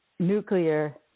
nuclear